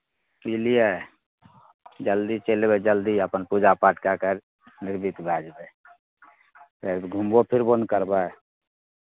बुझलियै जलदी चलि अयबै जलदी अपन पूजा पाठ कए कऽ निवृत भए जेबै फेर घुमबो फिरबो ने करबै